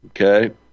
Okay